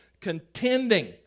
contending